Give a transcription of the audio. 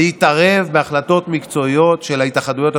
להתערב בהחלטות מקצועיות של ההתאחדויות השונות,